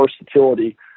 versatility